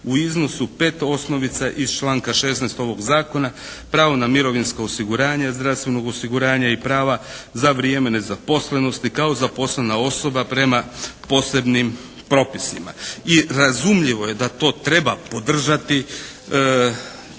u iznosu 5 osnovica iz članka 16. ovog Zakona, pravo na mirovinsko osiguranje, zdravstvenog osiguranja i prava za vrijeme nezaposlenosti kao zaposlena osoba prema posebnim propisima." I razumljivo je da to treba podržati,